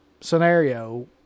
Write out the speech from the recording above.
scenario